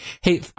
Hey